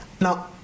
Now